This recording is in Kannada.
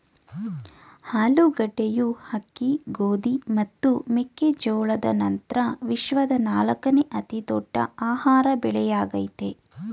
ಆಲೂಗಡ್ಡೆಯು ಅಕ್ಕಿ ಗೋಧಿ ಮತ್ತು ಮೆಕ್ಕೆ ಜೋಳದ ನಂತ್ರ ವಿಶ್ವದ ನಾಲ್ಕನೇ ಅತಿ ದೊಡ್ಡ ಆಹಾರ ಬೆಳೆಯಾಗಯ್ತೆ